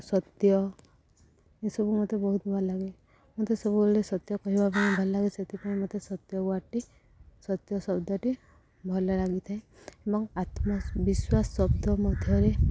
ସତ୍ୟ ଏସବୁ ମୋତେ ବହୁତ ଭଲ ଲାଗେ ମୋତେ ସବୁବେଳେ ସତ୍ୟ କହିବା ପାଇଁ ଭଲ ଲାଗେ ସେଥିପାଇଁ ମୋତେ ସତ୍ୟ ୱାର୍ଡ଼ଟି ସତ୍ୟ ଶବ୍ଦଟି ଭଲ ଲାଗି ଥାଏ ଏବଂ ଆତ୍ମବିଶ୍ୱାସ ଶବ୍ଦ ମଧ୍ୟରେ